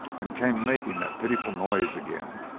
and came making that pitiful noise again,